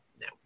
no